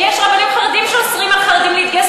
יש רבנים חרדים שאוסרים על חרדים להתגייס,